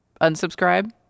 unsubscribe